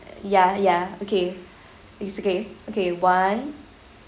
ya ya okay it's okay okay one